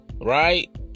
Right